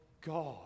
God